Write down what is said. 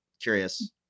curious